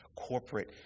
corporate